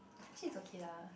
actually okay lah